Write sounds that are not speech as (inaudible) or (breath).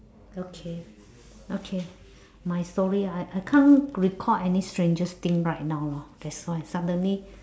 okay okay my story (breath) ah I I can't recall any strangest thing right now lor that's why suddenly